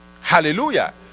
hallelujah